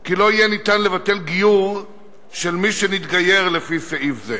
כי לא יהיה ניתן לבטל גיור של מי שמתגייר לפי סעיף זה.